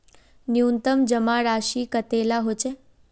न्यूनतम जमा राशि कतेला होचे?